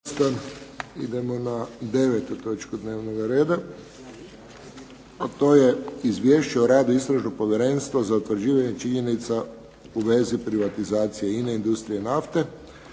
Idemo na 9. točku dnevnog reda, a to je - Izvješće o radu Istražnog povjerenstva za utvrđivanje činjenica u vezi privatizacije INA-e Industrije nafte